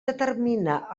determina